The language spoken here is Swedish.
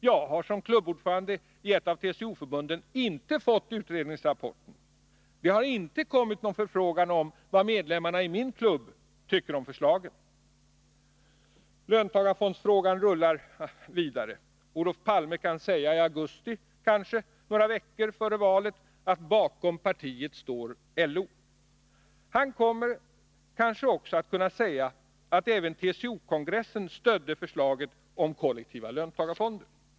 Jag har som klubbordförande i ett av TCO förbunden inte fått utredningsrapporten. Det har inte kommit någon förfrågan om vad medlemmarna i min klubb tycker om förslagen. Löntagarfondsfrågan rullar vidare. Olof Palme kan kanske i augusti några veckor före valet säga att bakom partiet står LO. Han kommer kanske också att kunna säga att även TCO-kongressen stödde förslag om kollektiva löntagarfonder.